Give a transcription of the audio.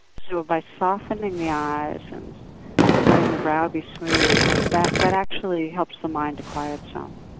so by softening the eyes and letting the brow be smooth, that that actually helps the mind to quiet some.